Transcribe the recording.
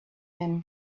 him